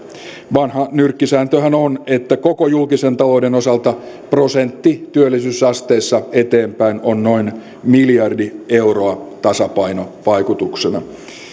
vanha nyrkkisääntöhän on että koko julkisen talouden osalta prosentti työllisyysasteessa eteenpäin on noin miljardi euroa tasapainovaikutuksena